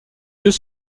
yeux